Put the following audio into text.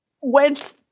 went